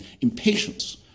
impatience